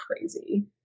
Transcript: crazy